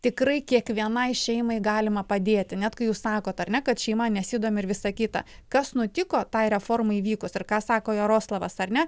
tikrai kiekvienai šeimai galima padėti net kai jūs sakot ar ne kad šeima nesidomi ir visa kita kas nutiko tai reformai įvykus ir ką sako jaroslavas ar ne